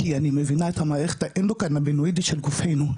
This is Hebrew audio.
כי אני מבינה את המערכת הקנבידית של גופנו,